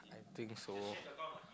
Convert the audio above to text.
I think so